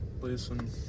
Listen